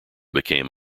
became